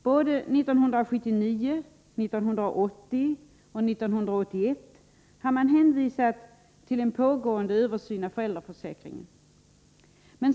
Både 1979, 1980 och 1981 har man hänvisat till en pågående översyn av föräldraförsäkringen.